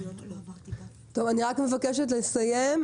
אני מבקשת לסיים.